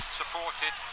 supported